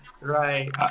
Right